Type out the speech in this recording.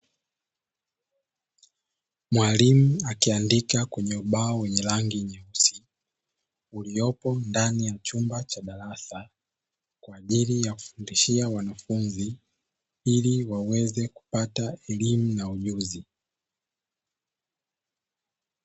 Mwalimu akiandika kwenye ubao wenye rangi nyeusi, uliopo ndani ya chumba cha darasa, kwa ajili ya kifundishia wanafunzi ili waweze kupata elimu na ujuzi.